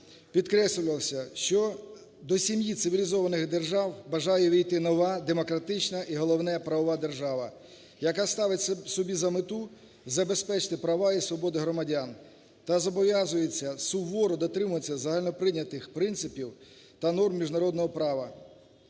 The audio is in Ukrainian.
підкреслювалося, що до сім'ї цивілізованих держав бажає увійти нова демократична і, головне, правова держава, яка ставить собі за мету забезпечити права і свободи громадян та зобов'язується суворо дотримуватися загальноприйнятих принципів та норм міжнародного права,